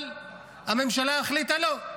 אבל הממשלה החליטה שלא,